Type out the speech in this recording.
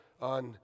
on